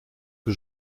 que